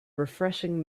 refreshing